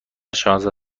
شانزده